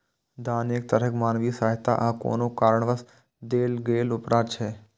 दान एक तरहक मानवीय सहायता आ कोनो कारणवश देल गेल उपहार छियै